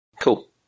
Cool